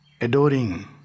adoring